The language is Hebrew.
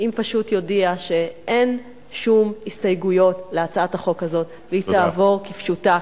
אם פשוט יודיע שאין שום הסתייגויות להצעת החוק הזאת והיא תעבור כפשוטה,